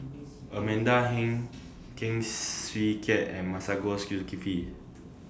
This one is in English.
Amanda Heng Heng Swee Keat and Masagos Zulkifli